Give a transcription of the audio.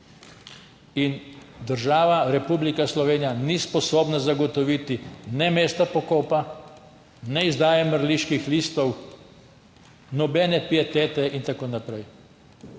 In država Republika Slovenija ni sposobna zagotoviti ne mesta pokopa ne izdaje mrliških listov, nobene pietete in tako naprej.